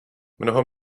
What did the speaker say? mnoho